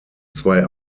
zwei